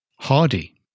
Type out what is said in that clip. Hardy